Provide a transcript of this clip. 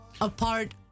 apart